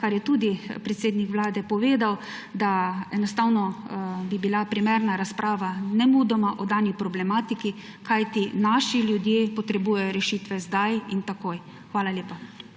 kar je tudi predsednik Vlade povedal, da enostavno bi bila primerna razprava nemudoma o dani problematiki, kajti naši ljudje potrebujejo rešitve zdaj in takoj. Hvala lepa.